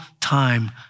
time